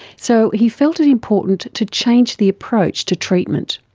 so he felt it important to change the approach to treatment.